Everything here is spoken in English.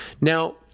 Now